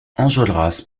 enjolras